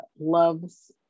loves